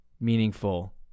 meaningful